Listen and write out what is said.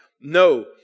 No